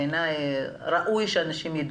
בעיניי ראוי שאנשים יידעו.